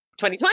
2020